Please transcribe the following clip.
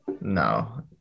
no